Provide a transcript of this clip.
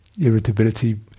irritability